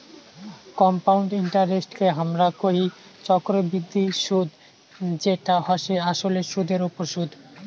compound ইন্টারেস্টকে হামরা কোহি চক্রবৃদ্ধি সুদ যেটা হসে আসলে সুদের ওপর সুদ